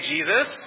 Jesus